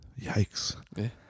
Yikes